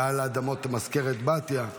גאל אדמות במזכרת בתיה.